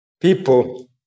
people